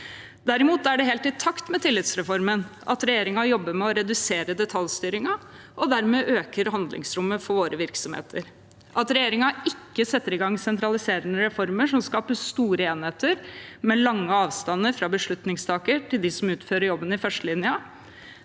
Derimot er det helt i takt med tillitsreformen at regjeringen jobber med å redusere detaljstyringen og dermed øker handlingsrommet for våre virksomheter. At regjeringen ikke setter i gang sentraliserende reformer som skaper store enheter med lange avstander fra beslutningstaker til dem som utfører jobben i førstelinjen,